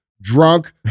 drunk